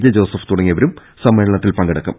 J Joseph തുടങ്ങിയവരും സമ്മേളന ത്തിൽ പങ്കെടുക്കും